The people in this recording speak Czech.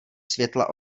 světla